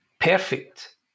perfect